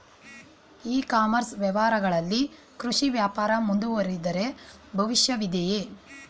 E commerce ವ್ಯವಹಾರಗಳಲ್ಲಿ ಕೃಷಿ ವ್ಯಾಪಾರ ಮುಂದುವರಿದರೆ ಭವಿಷ್ಯವಿದೆಯೇ?